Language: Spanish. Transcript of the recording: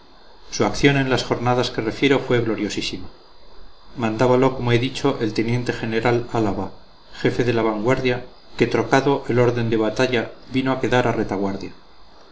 su acción en las jornadas que refiero fue gloriosísima mandábalo como he dicho el teniente general álava jefe de la vanguardia que trocado el orden de batalla vino a quedar a retaguardia